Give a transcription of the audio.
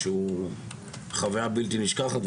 שהוא חוויה הבלתי נשכחת.